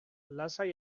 lasai